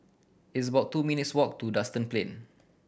it's about two minutes' walk to Duxton Plain